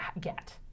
get